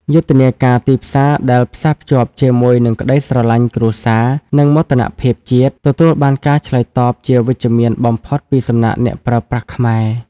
យុទ្ធនាការទីផ្សារដែលផ្សារភ្ជាប់ជាមួយនឹងក្តីស្រឡាញ់គ្រួសារ និងមោទនភាពជាតិ ទទួលបានការឆ្លើយតបជាវិជ្ជមានបំផុតពីសំណាក់អ្នកប្រើប្រាស់ខ្មែរ។